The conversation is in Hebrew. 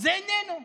זה איננו רגיל.